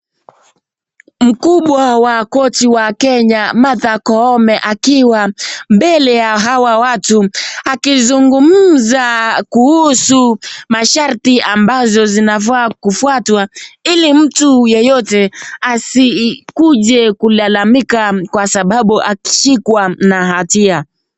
Mkubwa wa korti wa Kenya Martha Koome akiwa mblele ya hawa watu akizungumza kuhusu masharti ambazo zinafaa kufuatwa ili mtu yoyote asikuje kulalamika kwa sababu akishikwa na hatia.